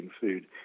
food